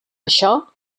això